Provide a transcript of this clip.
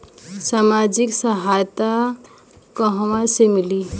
सामाजिक सहायता कहवा से मिली?